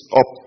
up